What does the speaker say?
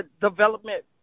development